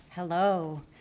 Hello